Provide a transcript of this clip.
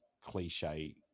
cliche